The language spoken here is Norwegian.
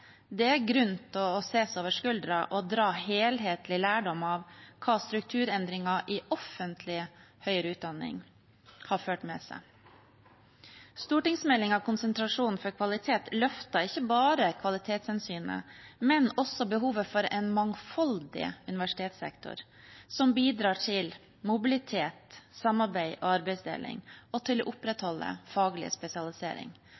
Det er grunn til å se seg over skulderen og dra helhetlig lærdom av hva strukturendringer i offentlig høyere utdanning har ført med seg. Stortingsmeldingen Konsentrasjon for kvalitet løftet ikke bare kvalitetshensynet, men også behovet for en mangfoldig universitetssektor som bidrar til mobilitet, samarbeid og arbeidsdeling og til å